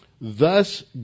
Thus